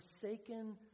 forsaken